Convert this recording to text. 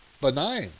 benign